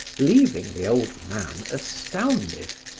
leaving the old man astounded,